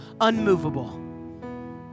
unmovable